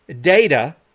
data